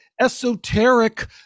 esoteric